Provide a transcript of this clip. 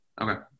Okay